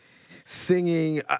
singing